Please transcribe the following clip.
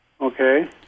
Okay